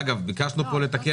אגב, ביקשנו לתקן את